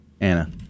anna